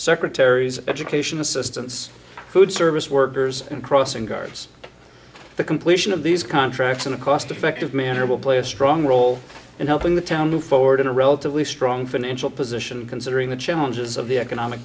secretaries education assistance food service workers and crossing guards the completion of these contracts in a cost effective manner will play a strong role in helping the town move forward in a relatively strong financial position considering the challenges of the economic